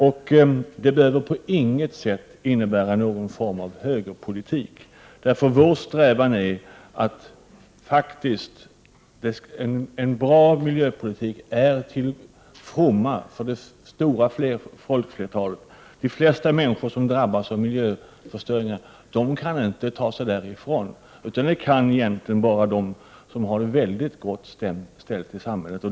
Det behöver på inget sätt innebära någon form av högerpolitik, för vår strävan är att en bra miljöpolitik skall vara till ftomma för de stora folkflertalet. De flesta människor som drabbas av miljöförstöringen kan inte komma ifrån denna, utan det kan egentligen bara de som har det väldigt gott ställt i samhället.